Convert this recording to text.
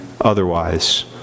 otherwise